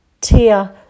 tear